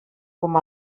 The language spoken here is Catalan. com